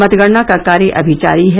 मतगणना का कार्य अभी जारी है